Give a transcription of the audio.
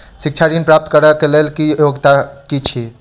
शिक्षा ऋण प्राप्त करऽ कऽ लेल योग्यता की छई?